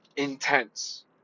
Intense